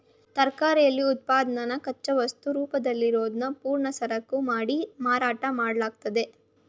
ತಯಾರಿಕೆಲಿ ಉತ್ಪನ್ನನ ಕಚ್ಚಾವಸ್ತು ರೂಪದಲ್ಲಿರೋದ್ನ ಪೂರ್ಣ ಸರಕನ್ನು ಮಾಡಿ ಮಾರಾಟ ಮಾಡ್ಲಾಗ್ತದೆ